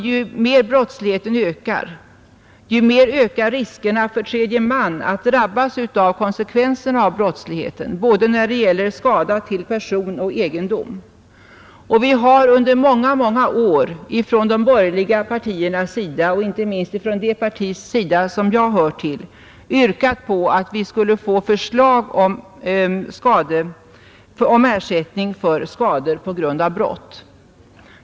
Ju mer brottsligheten ökar, ju mer ökar nämligen riskerna för tredje man att drabbas av konsekvenserna av brottsligheten när det gäller skada till både person och egendom. Vi har under många år från de borgerliga partierna — inte minst från det parti som jag hör till — yrkat på att vi skall få förslag om ersättning för skador på grund av brott.